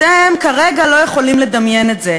אתם כרגע לא יכולים לדמיין את זה,